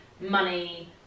money